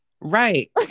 Right